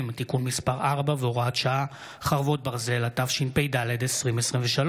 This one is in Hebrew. (נספים), התשפ"ד 2023,